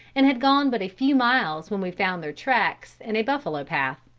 and had gone but a few miles when we found their tracks in a buffalo path.